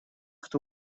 кто